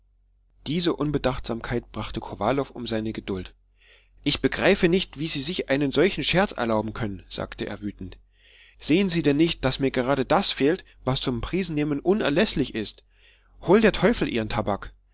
diese unbedachtsamkeit brachte kowalow um seine geduld ich begreife nicht wie sie sich einen solchen scherz erlauben können sagte er wütend sehen sie denn nicht daß mir gerade das fehlt was zum prisennehmen unerläßlich ist hol der teufel ihren tabak